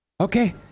Okay